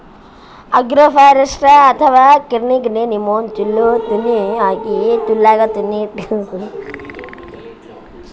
agroforestry ಅಥವಾ ಕೃಷಿಕಾಡ್ನಾಗ್ ಸಣ್ಣ್ ಗಿಡ, ಮರ, ಬಂಬೂ ಮರ ಬೆಳಸ್ತಾರ್ ಮತ್ತ್ ಪ್ರಾಣಿ ಸಾಗುವಳಿನೂ ಮಾಡ್ತಾರ್